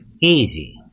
easy